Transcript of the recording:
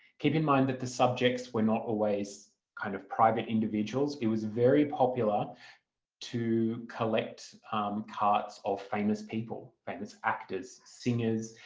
keep in mind that the subjects were not always kind of private individuals, it was very popular to collect cartes of famous people, famous actors, singers,